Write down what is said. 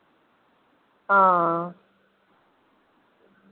हां